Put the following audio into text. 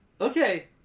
Okay